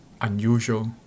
unusual